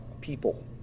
people